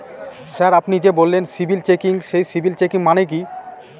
Sir আপনি যে বললেন সিবিল চেকিং সেই সিবিল চেকিং মানে কি?